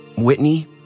Whitney